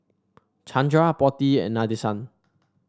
Chandra Potti and Nadesan